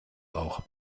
auch